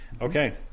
Okay